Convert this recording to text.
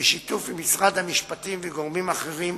בשיתוף עם משרד המשפטים וגורמים אחרים,